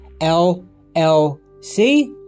LLC